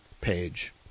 page